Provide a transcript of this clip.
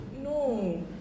No